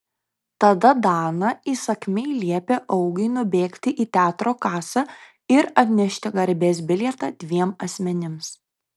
tada dana įsakmiai liepė augiui nubėgti į teatro kasą ir atnešti garbės bilietą dviem asmenims